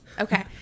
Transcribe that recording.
Okay